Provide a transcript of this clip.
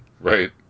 Right